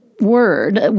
word